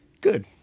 Good